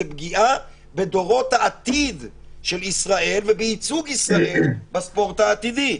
זאת פגיעה בדורות העתיד של ישראל ובייצוג ישראל בספורט העתידי.